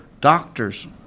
doctors